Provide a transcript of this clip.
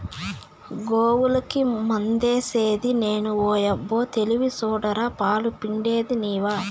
గోవులకి మందేసిది నేను ఓయబ్బో తెలివి సూడరా పాలు పిండేది నీవా